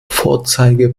vorzeige